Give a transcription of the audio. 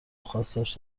خاصش